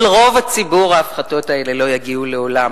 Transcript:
אל רוב הציבור ההפחתות האלה לא יגיעו לעולם.